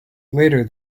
later